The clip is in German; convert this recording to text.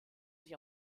sich